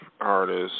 artists